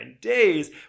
days